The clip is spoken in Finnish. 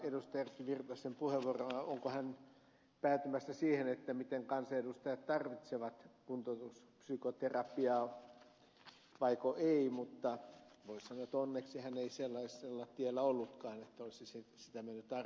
erkki virtasen puheenvuoroa onko hän päätymässä siihen miten kansanedustajat tarvitsevat kuntoutuspsykoterapiaa vaiko ei mutta voisi sanoa että onneksi hän ei sellaisella tiellä ollutkaan että olisi sitä mennyt arvioimaan